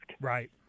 right